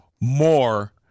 more